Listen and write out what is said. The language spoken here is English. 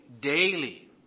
daily